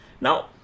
now